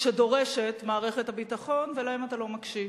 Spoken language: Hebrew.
שדורשת מערכת הביטחון, ולהם אתה לא מקשיב.